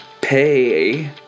pay